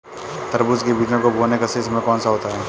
तरबूज के बीजों को बोने का सही समय कौनसा होता है?